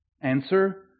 Answer